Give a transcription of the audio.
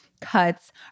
cuts